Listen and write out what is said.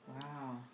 wow